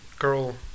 girl